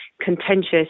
contentious